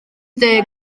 deg